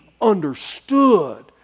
understood